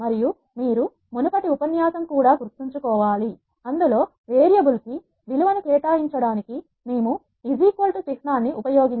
మరియు మీరు మునుపటి ఉపన్యాసం కూడా గుర్తించుకోవాలి అందులో వేరియబుల్ కు విలువ ను కేటాయించడానికి మేము ఈ చిహ్నాన్ని ఉపయోగించాము